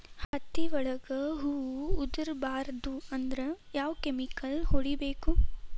ಹತ್ತಿ ಒಳಗ ಹೂವು ಉದುರ್ ಬಾರದು ಅಂದ್ರ ಯಾವ ಕೆಮಿಕಲ್ ಹೊಡಿಬೇಕು?